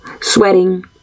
sweating